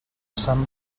sant